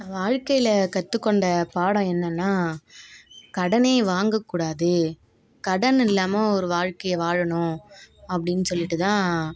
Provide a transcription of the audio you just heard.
வாழ்க்கையில் கற்று கொண்ட பாடம் என்னன்னா கடன் வாங்க கூடாது கடன் இல்லாமல் ஒரு வாழ்க்கைய வாழணும் அப்படினு சொல்லிவிட்டு தான்